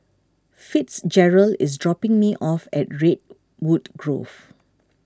Fitzgerald is dropping me off at Redwood Grove